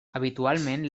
habitualment